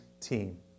team